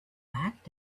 back